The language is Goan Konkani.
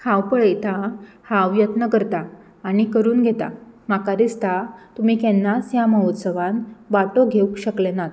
हांव पळयता हांव यत्न करतां आनी करून घेता म्हाका दिसता तुमी केन्नाच ह्या महोत्सवान वांटो घेवंक शकले नात